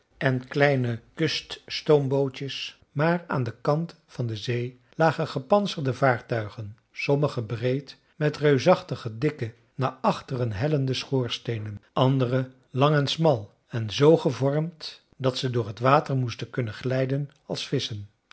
en kleine kuststoombootjes maar aan den kant van de zee lagen gepantserde vaartuigen sommige breed met reusachtig dikke naar achteren hellende schoorsteenen andere lang en smal en z gevormd dat ze door t water moesten kunnen glijden als visschen